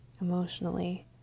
emotionally